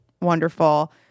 wonderful